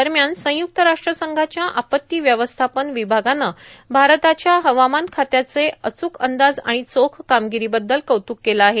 दरम्यान संयुक्त राष्ट्रसंघाच्या आपत्ती व्यवस्थापन विभागानं भारताच्या हवामान खात्याचं अचूक अंदाज आणि चोख कामगिरीबद्दल कौतुक केलं आहे